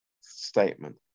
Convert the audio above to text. statement